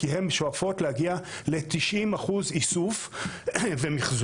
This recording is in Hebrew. כי הן שואפות להגיע ל-90% איסוף ומחזור.